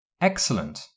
Excellent